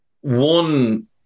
one